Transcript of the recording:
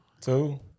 Two